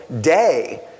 day